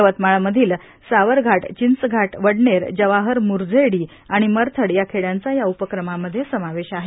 यवतमाळमधील सावरघाट चिंचघाट वडनेर जवाहर मुर्झेडी आणि मर्थड या खेड्यांचा या उपक्रमामध्ये समावेश आहे